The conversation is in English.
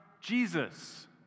Jesus